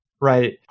Right